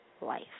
life